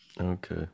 okay